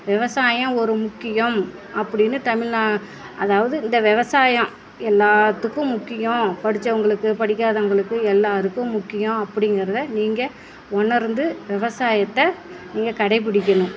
விவசாயம் ஒரு முக்கியம் அப்படினு தமிழ்நா அதாவது இந்த விவசாயம் எல்லாத்துக்கும் முக்கியம் படித்தவங்களுக்கு படிக்காதவங்களுக்கு எல்லோருக்கும் முக்கியம் அப்படிங்கிறத நீங்கள் உணர்ந்து விவசாயத்த நீங்கள் கடைபிடிக்கணும்